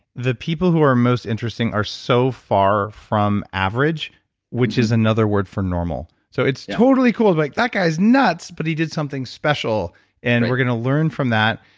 the people who are most interesting are so far from average which is another word for normal. so it's totally cool like, that guy's nuts, but he did something special and we're going to learn from that.